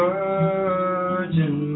Virgin